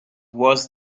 worse